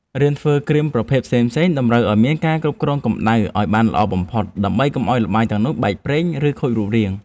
រៀនធ្វើគ្រីមប្រភេទផ្សេងៗតម្រូវឱ្យមានការគ្រប់គ្រងកម្ដៅឱ្យបានល្អបំផុតដើម្បីកុំឱ្យល្បាយទាំងនោះបែកប្រេង ឬខូចរូបរាង។